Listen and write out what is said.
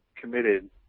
committed